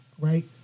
right